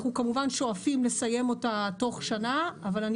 אנחנו כמובן שואפים לסיים אותה תוך שנה אבל אני